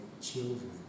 children